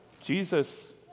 Jesus